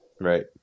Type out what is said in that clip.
Right